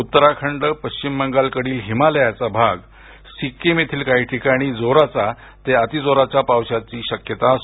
उत्तराखंड पश्चिम बंगाल कडील हिमालयाचा भाग सिक्कीम येथिल काही ठिकाणी जोराचा ते अति जोराच्या पावसाची शक्यता आहे